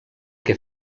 que